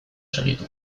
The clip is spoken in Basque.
segitu